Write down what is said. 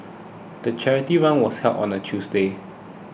the charity run was held on a Tuesday